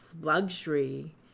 luxury